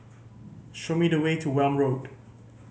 show me the way to Welm Road